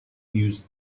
use